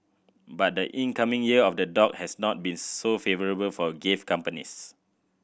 but the incoming Year of the Dog has not been so favourable for gift companies